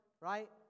right